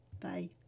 bye